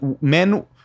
men